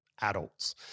adults